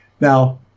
Now